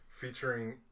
Featuring